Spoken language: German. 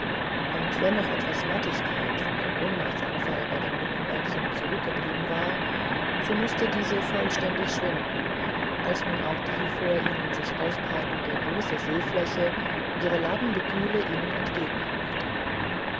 und wenn noch etwas mattigkeit von dem ohnmachtsanfall bei dem jungen mädchen zurückgeblieben war so mußte diese vollständig schwinden als nun auch die vor ihnen sich ausbreitende große seefläche ihre labende kühle ihnen